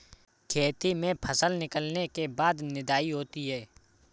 खेती में फसल निकलने के बाद निदाई होती हैं?